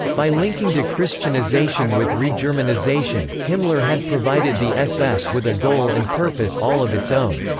by linking de-christianisation with re-germanization, himmler had provided the ss with a goal and purpose all of its own.